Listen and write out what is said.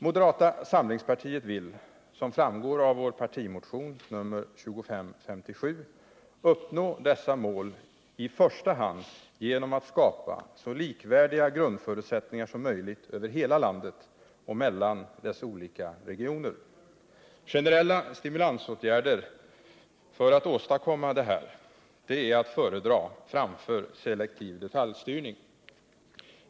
Moderata samlingspartiet vill — som framgår av vår partimotion nr 2557 — uppnå dessa mål i första hand genom att skapa så likvärdiga grundförutsättningar som möjligt över hela landet och mellan dess olika regioner. Generella stimulansåtgärder för att åstadkomma detta är att föredra framför selektiv detaljstyrning.